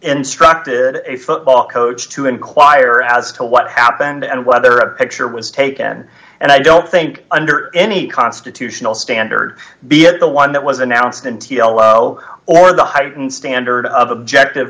instructed a football coach to enquire as to what happened and whether a picture was taken and i don't think under any constitutional standard be it the one that was announced and t l o or the heightened standard of objective